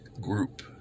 group